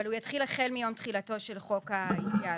אבל הוא יתחיל החל מיום תחילתו של חוק ההתייעלות.